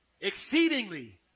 Exceedingly